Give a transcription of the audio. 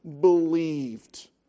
believed